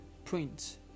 Print